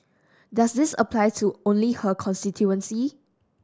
does this apply to only her constituency